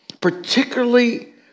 Particularly